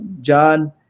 John